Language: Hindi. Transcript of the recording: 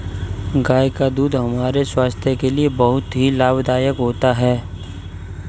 गाय का दूध हमारे स्वास्थ्य के लिए बहुत ही लाभदायक होता है